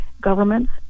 governments